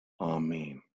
Amen